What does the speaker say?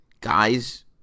guys